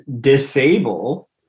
disable